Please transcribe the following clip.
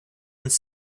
uns